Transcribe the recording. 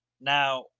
Now